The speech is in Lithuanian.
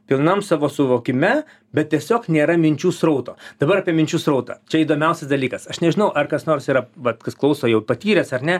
pilnam savo suvokime bet tiesiog nėra minčių srauto dabar apie minčių srautą čia įdomiausias dalykas aš nežinau ar kas nors yra vat kas klauso jau patyręs ar ne